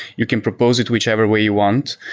you can propose it whichever way you want.